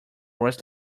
was